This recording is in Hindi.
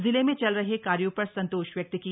जिले में चल रहे कार्यो पर संतोष व्यक्त किया